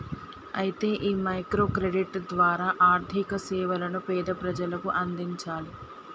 అయితే ఈ micro credit ద్వారా ఆర్థిక సేవలను పేద ప్రజలకు అందించాలి